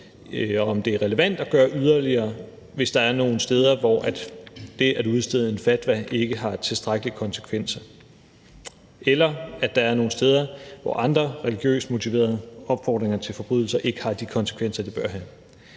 om det er relevant at gøre yderligere, hvis der er nogle steder, hvor det at udstede en fatwa ikke har tilstrækkelige konsekvenser, eller der er nogle steder, hvor andre religiøst motiverede opfordringer til forbrydelser ikke har de konsekvenser, det bør have.